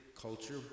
culture